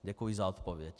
Děkuji za odpověď.